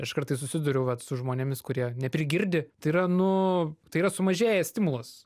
aš kartais susiduriu vat su žmonėmis kurie neprigirdi tai yra nu tai yra sumažėjęs stimulas